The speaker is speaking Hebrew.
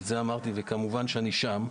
את זה אמרתי וכמובן שאני שם.